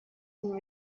and